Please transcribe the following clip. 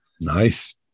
Nice